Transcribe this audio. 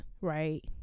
right